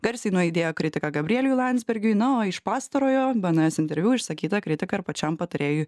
garsiai nuaidėjo kritika gabrieliui landsbergiui na o iš pastarojo bns interviu išsakyta kritika ir pačiam patarėjui